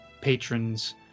patrons